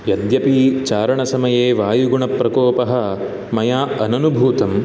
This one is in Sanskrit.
यद्यपि चारणसमये वायुगुणप्रकोपः मया अननुभूतं